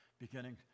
beginning